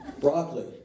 Broccoli